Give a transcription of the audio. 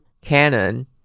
Canon